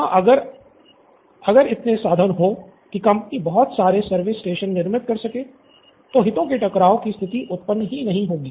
हाँ अगर अगर इतने संसाधन हो की कंपनी बहुत सारे सर्विस स्टेशन निर्मित कर सके तो हितों के टकराव की स्थिति ही उत्त्पन नहीं होगी